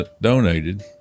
donated